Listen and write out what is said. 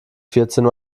vierzehn